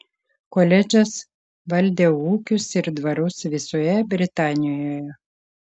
koledžas valdė ūkius ir dvarus visoje britanijoje